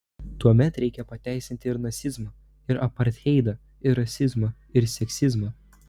tuomet reikia pateisinti ir nacizmą ir apartheidą ir rasizmą ir seksizmą